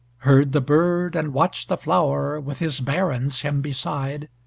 heard the bird, and watched the flower, with his barons him beside,